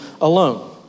alone